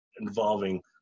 involving